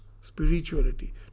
spirituality